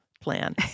plan